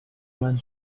مند